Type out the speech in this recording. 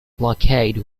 blockade